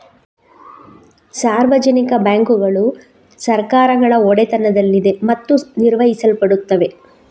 ಸಾರ್ವಜನಿಕ ಬ್ಯಾಂಕುಗಳು ಸರ್ಕಾರಗಳ ಒಡೆತನದಲ್ಲಿದೆ ಮತ್ತು ನಿರ್ವಹಿಸಲ್ಪಡುತ್ತವೆ